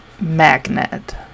magnet